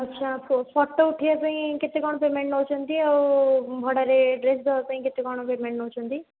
ଅଚ୍ଛା ଫୋ ଫୋଟ ଉଠେଇବା ପାଇଁ କେତେ କ'ଣ ପେମେଣ୍ଟ୍ ନେଉଛନ୍ତି ଆଉ ଭଡ଼ାରେ ଡ୍ରେସ୍ ଦେବା ପାଇଁ କେତେ କ'ଣ ପେମେଣ୍ଟ୍ ନେଉଛନ୍ତି